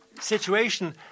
situation